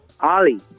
Ollie